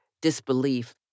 disbelief